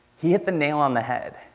he hit the nail on the head.